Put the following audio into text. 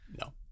No